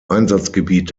einsatzgebiet